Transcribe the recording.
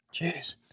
Jeez